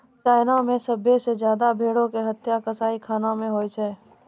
China मे सभ्भे से ज्यादा भेड़ो के हत्या कसाईखाना मे होय छै